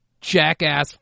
jackass